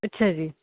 ਅੱਛਾ ਜੀ